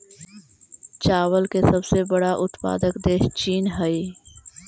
चावल के सबसे बड़ा उत्पादक देश चीन हइ